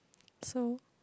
so